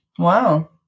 Wow